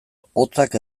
hotzak